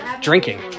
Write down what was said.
drinking